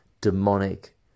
demonic